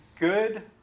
good